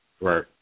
right